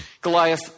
Goliath